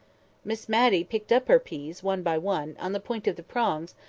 miss matty picked up her peas, one by one, on the point of the prongs,